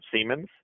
Siemens